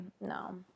no